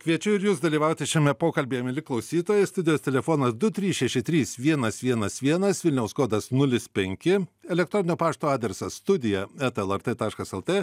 kviečiu ir jus dalyvauti šiame pokalbyje mieli klausytojai studijos telefonas du trys šeši trys vienas vienas vienas vilniaus kodas nulis penki elektroninio pašto adresas studija eta lrt taškas lt